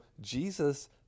Jesus